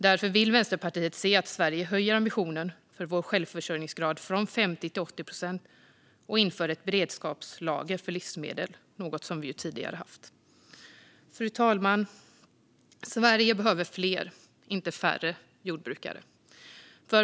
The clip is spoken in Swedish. Därför vill Vänsterpartiet se att vi i Sverige höjer ambitionen för vår självförsörjningsgrad från 50 till 80 procent och inför ett beredskapslager för livsmedel, vilket vi ju tidigare haft. Fru talman! Sverige behöver fler - inte färre - jordbrukare.